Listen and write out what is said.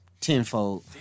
tenfold